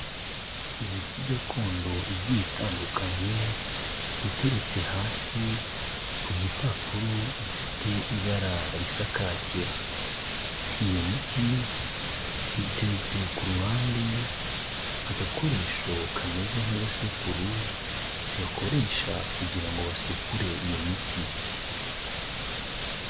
Imiti gakondo igiye itandukanye, iteretse hasi ku gipapuro gifite ibara risa kake, iyo miti iteretse ku ruhande agakoresho kameze nk'agasekuru bakoresha kugira ngo basekure iyo miti.